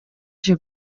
yaje